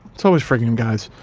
it's always freakin' guys.